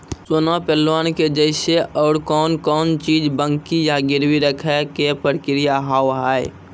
सोना पे लोन के जैसे और कौन कौन चीज बंकी या गिरवी रखे के प्रक्रिया हाव हाय?